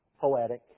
poetic